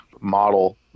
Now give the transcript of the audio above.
model